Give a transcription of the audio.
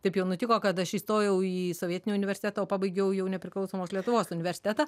taip jau nutiko kad aš įstojau į sovietinį universitetą o pabaigiau jau nepriklausomos lietuvos universitetą